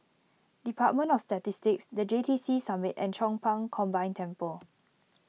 Department of Statistics the J T C Summit and Chong Pang Combined Temple